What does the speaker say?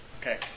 Okay